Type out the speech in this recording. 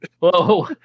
Whoa